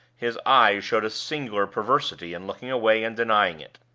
his eyes showed a singular perversity in looking away and denying it.